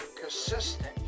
consistent